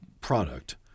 product